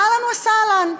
אהלן וסהלן,